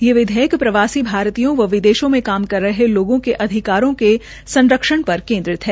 ये विधेयक सरकारी प्रवासी भारतीय व विदेशों में काम कर रहे लोगों के अधिकारियों के संरक्षण र केन्द्रित है